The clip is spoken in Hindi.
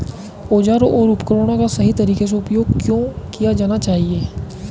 औजारों और उपकरणों का सही तरीके से उपयोग क्यों किया जाना चाहिए?